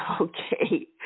okay